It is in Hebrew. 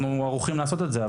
אנחנו ערוכים לעשות את זה.